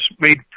made